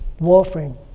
Warframe